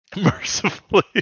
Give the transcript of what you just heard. Mercifully